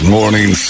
Morning